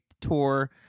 tour